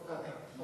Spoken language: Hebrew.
אוקיי.